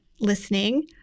listening